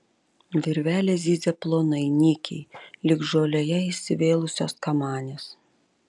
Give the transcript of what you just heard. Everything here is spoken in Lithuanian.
virvelės zyzia plonai nykiai lyg žolėje įsivėlusios kamanės